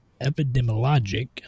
epidemiologic